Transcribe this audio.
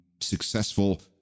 successful